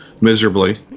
miserably